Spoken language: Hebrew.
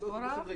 אוטובוסים ריקים.